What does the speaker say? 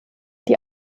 die